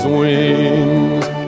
wings